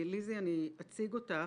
ליזי, אציג אותך.